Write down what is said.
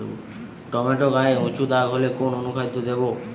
Tomato গায়ে উচু দাগ হলে কোন অনুখাদ্য দেবো?